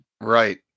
Right